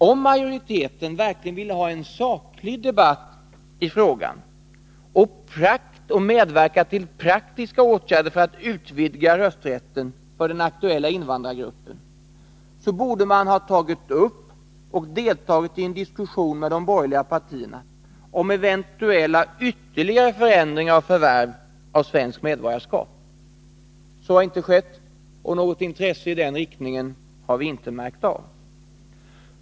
Om majoriteten verkligen vill ha en saklig debatt i frågan och medverka till praktiska åtgärder för att utvidga rösträtten för den aktuella invandrargruppen, borde man ha tagit upp och deltagit i en diskussion med de borgerliga partierna om eventuella ytterligare förändringar av förvärv av svenskt medborgarskap. Så har inte skett, och något intresse i den riktningen har vi inte märkt av.